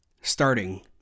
Starting